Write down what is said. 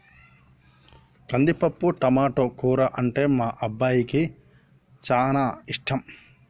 కందిపప్పు టమాటో కూర అంటే మా అబ్బాయికి చానా ఇష్టం